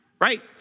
Right